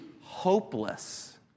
hopeless